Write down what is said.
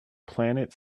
planet